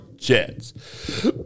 Jets